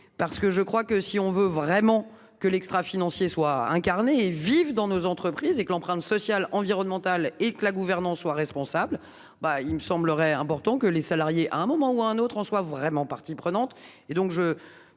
parce que je crois que si on veut vraiment que l'extra-financier soit incarné et vivent dans nos entreprises et que l'empreinte sociale environnementale et gouvernance soit responsable. Bah, il me semblerait important que les salariés à un moment ou à un autre en soient vraiment parties prenantes